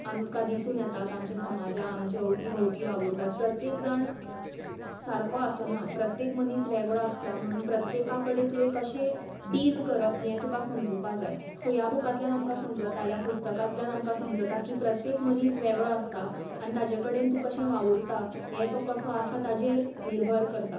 आमकां दिसून येता आमच्या समाजान आमचे अवती भवती वावुरतात प्रत्येक जाण सारको आसना प्रत्येक मनीस वेगळो आसता म्हणून प्रत्येका कडेन तुवें कशें डील करप हें तुका समजुपा जाय सो ह्या बुकांतल्यान आमकां समजता ह्या पुस्तकांतल्यान आमकां समजता की प्रत्येक मनीस वेगळो आसता आनी ताचे कडेन तूं कशें वावूरता हें तो कसो आसा ताचेर निर्भर करता